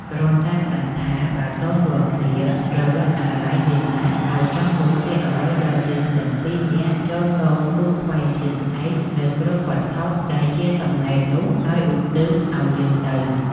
គ្រាន់តែផ្តាំថា “បើកូនរាល់គ្នា រលឹកអាល័យ យើងណាស់ ហើយចង់បូជាអ្វីដល់យើងទាំងពីរនាក់ ចូរកូនគូសខ្វែងជើងក្អែកនៅគ្រប់វត្ថុដែលជាសំណែននោះ ហើយឧទ្ទិសឲ្យយើងទៅ។